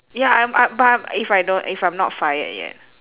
ya I'm I but I'm if I don't if I'm not fired yet